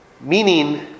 meaning